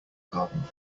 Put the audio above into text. garden